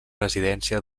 residència